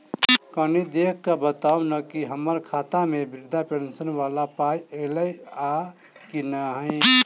कनि देख कऽ बताऊ न की हम्मर खाता मे वृद्धा पेंशन वला पाई ऐलई आ की नहि?